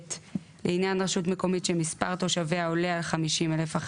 לעניין רשות מקומית שמספר תושביה עולה על 50,000 אך